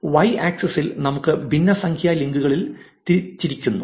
Y ആക്സിസിൽ നമുക്ക് ഭിന്നസംഖ്യ ലിങ്കുകളിൽ തിരിച്ചിരിക്കുന്നു